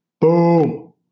boom